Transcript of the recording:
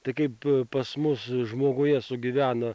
tai kaip pas mus žmoguje sugyvena